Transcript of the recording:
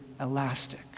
elastic